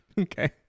Okay